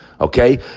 Okay